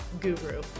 guru